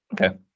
okay